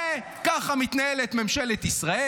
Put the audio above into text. ככה מתנהלת ממשלת ישראל.